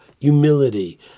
humility